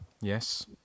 yes